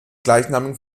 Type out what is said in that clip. gleichnamigen